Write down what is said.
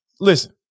Listen